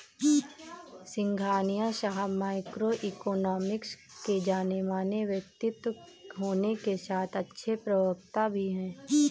सिंघानिया साहब microeconomics के जानेमाने व्यक्तित्व होने के साथ अच्छे प्रवक्ता भी है